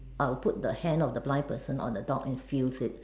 I will put the hand of the blind person on the dog and feels it